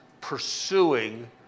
pursuing